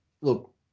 look